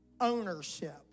ownership